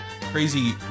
crazy